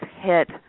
hit